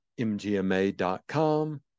mgma.com